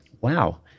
wow